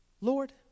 Lord